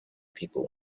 people